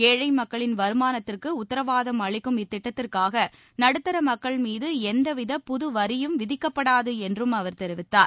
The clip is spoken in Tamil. ஏழை மக்களின் வருமானத்திற்கு உத்தரவாதம் அளிக்கும் இத்திட்டத்திற்காக நடுத்தர மக்கள்மீது எந்தவித புதுவரியும் விதிக்கப்படாது என்றும் அவர் தெரிவித்துள்ளார்